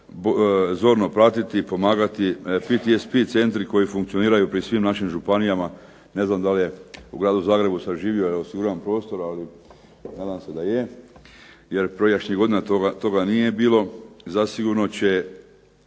zorno pratiti i pomagati, PTSP centri koji funkcioniraju pri svim našim županijama, ne znam da li je u Gradu Zagrebu …/Ne razumije se./… živio je osiguran prostor, ali nadam se da je, jer prijašnjih godina toga nije bilo. Zasigurno će